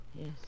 yes